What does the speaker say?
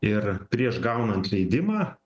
ir prieš gaunant leidimą